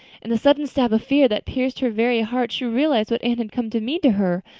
in the sudden stab of fear that pierced her very heart she realized what anne had come to mean to her.